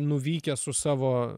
nuvykęs su savo